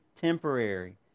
temporary